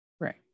Right